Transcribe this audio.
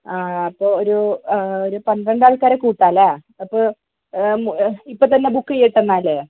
അപ്പോൾ ഒരു പന്ത്രണ്ട് ആൾക്കാരെ കൂട്ടാം അല്ലേ അപ്പോൾ ഇപ്പം തന്നെ ബുക്ക് ചെയ്യട്ടേ എന്നാൽ